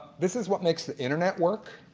this is what makes the internet work,